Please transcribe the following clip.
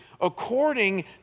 according